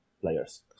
players